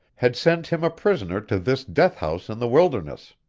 had sent him a prisoner to this death-house in the wilderness.